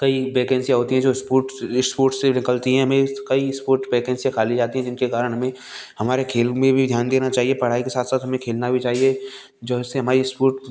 कई वैकेंसियाँ होती है जो स्पोर्ट से स्पोर्ट से निकलती हैं हमें कई स्पोर्ट वैकेंसियाँ खाली जाती हैं जिनके करण हमें हमारे खेलों में भी ध्यान देना चाहिए पढ़ाई के साथ साथ हमें खेलना भी चाहिए जैसे हमारी